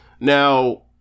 Now